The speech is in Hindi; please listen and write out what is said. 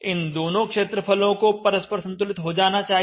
इन दोनों क्षेत्रफलों को परस्पर संतुलित हो जाना चाहिए